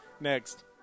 Next